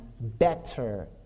better